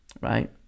right